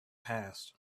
past